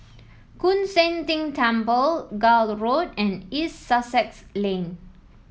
Koon Seng Ting Temple Gul Road and East Sussex Lane